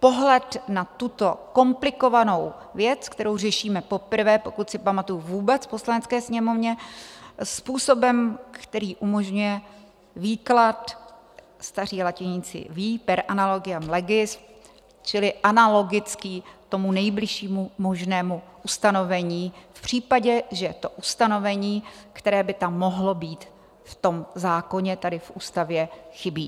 pohled na tuto komplikovanou věc, kterou řešíme vůbec poprvé, pokud si pamatuju, v Poslanecké sněmovně způsobem, který umožňuje výklad staří latiníci vědí per analogiam legis čili analogicky tomu nejbližšímu možnému ustanovení v případě, že to ustanovení, které by tam mohlo být v tom zákoně, tedy v ústavě, chybí.